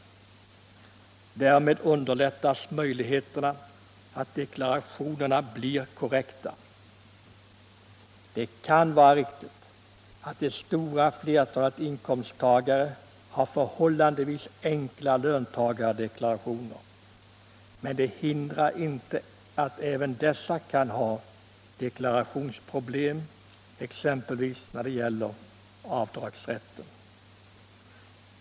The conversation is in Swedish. Därmed ökas möjligheterna att deklarationerna blir korrekta. Det kan vara riktigt att det stora flertalet inkomsttagare har förhållandevis enkla löntagardeklarationer, men det hindrar inte att även dessa grupper kan ha deklarationsproblem, t.ex. när det gäller avdragsrätten.